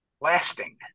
lasting